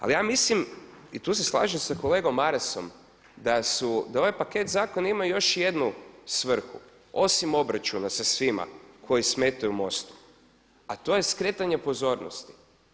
Ali ja mislim i tu se slažem sa kolegom Marasom da su, da ovaj paketa zakona ima još jednu svrhu osim obračuna sa svima koji smetaju MOST-u a to je skretanje pozornosti.